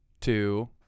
two